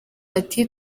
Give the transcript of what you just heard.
ati